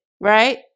right